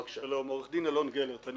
הדיון פה לא על עיריית אילת,